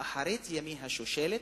באחרית ימי השושלת,